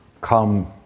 Come